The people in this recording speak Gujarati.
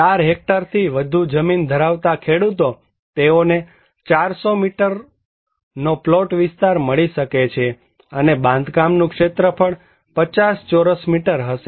4 હેક્ટરથી વધુ જમીન ધરાવતા ખેડૂતો તેઓને 400 ચોરસ મીટર નો પ્લોટ વિસ્તાર મળી શકે છે અને બાંધકામનું ક્ષેત્રફળ 50 ચોરસ મીટર હશે